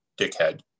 dickhead